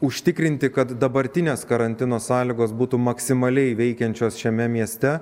užtikrinti kad dabartinės karantino sąlygos būtų maksimaliai veikiančios šiame mieste